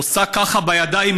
עושה ככה בידיים,